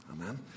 Amen